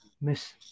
miss